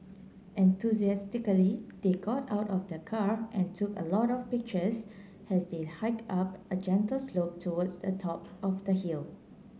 enthusiastically they got out of the car and took a lot of pictures as they hike up a gentle slope towards the top of the hill